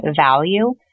value